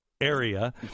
area